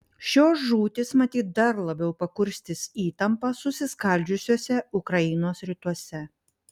šios žūtys matyt dar labiau pakurstys įtampą susiskaldžiusiuose ukrainos rytuose